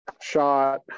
shot